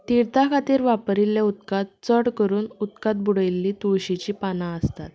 तीर्था खातीर वापरिल्लें उदकांत चड करून उदकांत बुडयिल्ली तुळशीचीं पानां आसतात